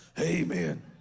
Amen